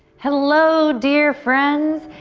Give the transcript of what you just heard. hello dear friends.